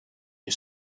you